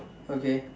okay